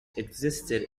existed